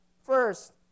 First